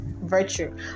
virtue